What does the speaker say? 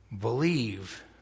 Believe